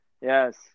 Yes